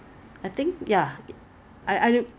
生东西生 what what is 生东西生什么